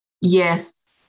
yes